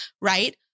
Right